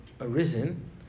arisen